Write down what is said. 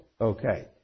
Okay